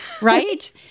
Right